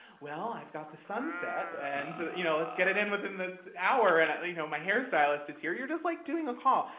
well, i've got the sunset and you know let's get it in within the hour, and and you know my hairstylist is here. you're just like doing a call.